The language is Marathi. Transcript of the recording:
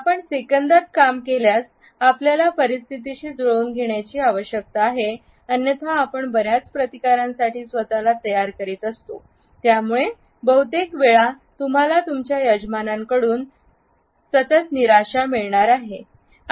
आपण सेकंदात काम केल्यास आपल्याला परिस्थितीशी जुळवून घेण्याची आवश्यकता आहे अन्यथा आपण बर्याच प्रतिकारांसाठी स्वत ला तयार करीत असतो त्यामुळे बहुतेक वेळा तुम्हाला तुमच्या यजमानांकडून आणि सतत निराशा मिळणार आहे